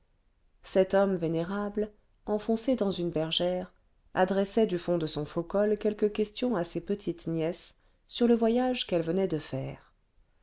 cet homme vénérable enfoncé dans une bergère adressait du fond de son faux-col quelques questions à ses petites nièces sûr le voyage qu'elles venaient de faire